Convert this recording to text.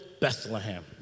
Bethlehem